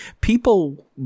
people